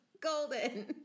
Golden